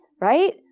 right